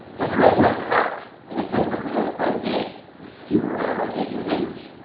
there's a red metal heart in the center of the low front gate skewered ah rotating hinge.